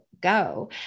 go